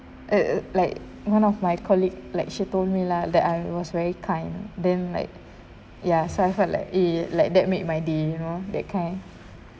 uh uh like one of my colleague like she told me lah that I was very kind then like ya so I felt like eh like that made my day you know that kind